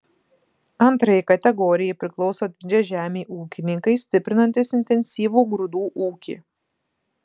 antrajai kategorijai priklauso didžiažemiai ūkininkai stiprinantys intensyvų grūdų ūkį